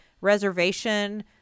reservation